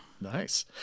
Nice